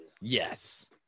Yes